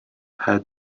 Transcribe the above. had